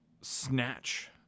snatch